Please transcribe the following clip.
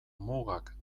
mugak